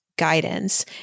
guidance